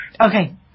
Okay